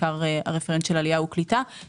בעיקר הרפרנט של עלייה וקליטה.